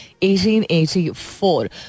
1884